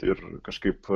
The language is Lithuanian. ir kažkaip